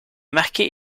marqués